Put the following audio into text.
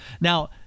now